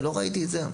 אני לא ראיתי את זה.